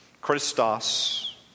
Christos